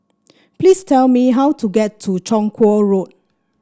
please tell me how to get to Chong Kuo Road